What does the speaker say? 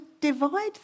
divide